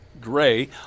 Gray